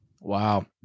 Wow